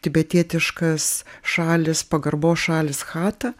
tibetietiškas šalys pagarbos šalys chata